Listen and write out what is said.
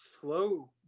flow